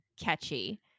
catchy